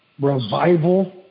revival